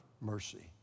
mercy